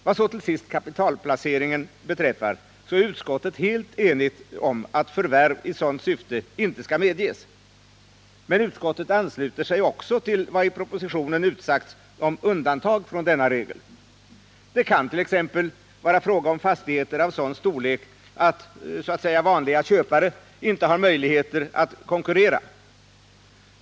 Vad så till sist kapitalplaceringen beträffar så är utskottet helt enigt om att förvärv i sådant syfte inte skall medges, men utskottet ansluter sig också till vad i propositionen har utsagts om undantag från denna rege'!. Det kan t.ex. vara fråga om fastigheter av sådan storlek, att ”vanliga” köpare inte har möjligheter att konkurrera.